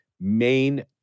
main